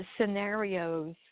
scenarios